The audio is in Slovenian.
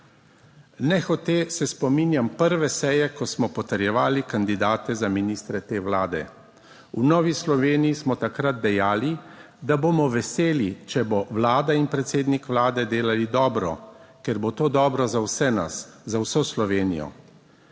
Nehote se spominjam prve seje, ko smo potrjevali kandidate za ministre te Vlade. V Novi Sloveniji smo takrat dejali, da bomo veseli, če bosta Vlada in predsednik Vlade delala dobro, ker bo to dobro za vse nas, za vso Slovenijo.